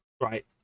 right